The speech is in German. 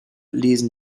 lesen